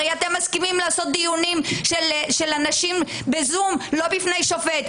הרי אתם מסכימים לעשות דיונים של אנשים ב-זום לא בפני שופט,